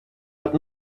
but